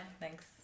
Thanks